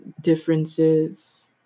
differences